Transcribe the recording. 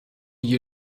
you